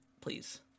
Please